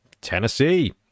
tennessee